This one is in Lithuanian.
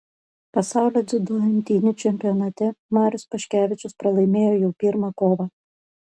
pasaulio dziudo imtynių čempionate marius paškevičiaus pralaimėjo jau pirmą kovą